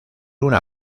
una